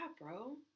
bro